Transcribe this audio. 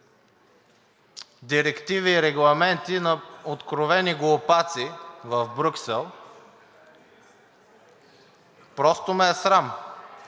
директиви и регламенти на откровени глупаци в Брюксел. Просто ме е срам!